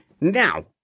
now